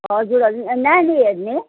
हजुर हजुर नानी हेर्ने